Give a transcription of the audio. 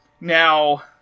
Now